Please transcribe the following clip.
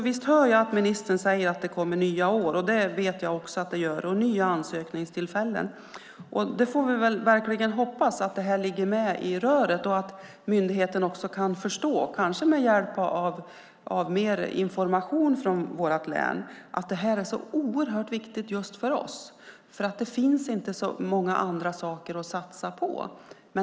Visst hör jag att ministern säger att det kommer nya år och nya ansökningstillfällen. Det vet jag också att det gör. Vi får hoppas att detta ligger med i röret och att myndigheten kan förstå, kanske med hjälp av mer information från vårt län, att detta är oerhört viktigt just för oss. Det finns inte så många andra saker att satsa på.